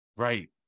Right